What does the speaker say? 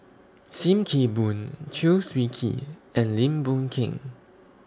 SIM Kee Boon Chew Swee Kee and Lim Boon Keng